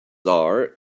are